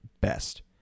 best